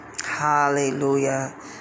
Hallelujah